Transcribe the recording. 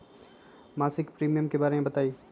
मासिक प्रीमियम के बारे मे बताई?